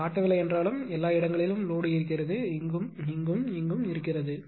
நான் காட்டவில்லை என்றாலும் எல்லா இடங்களிலும் லோடுஇருக்கிறது இங்கும் இங்கும் இருக்கிறது